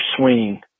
swing